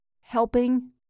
helping